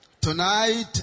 Tonight